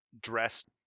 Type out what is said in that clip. dressed